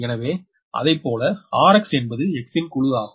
எனவே அதைப்போல rx என்பது x ன் குழு ஆகும்